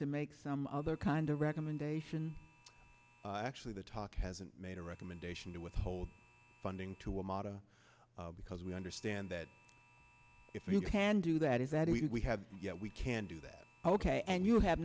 make some other kind of recommendation actually the talk hasn't made a recommendation to withhold funding to amata because we understand that if you can do that is that we have we can do that ok and you have